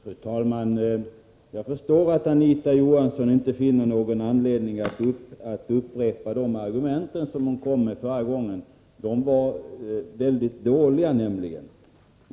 Fru talman! Jag förstår att Anita Johansson inte finner anledning att upprepa de argument hon framförde förra gången. De var nämligen mycket dåliga.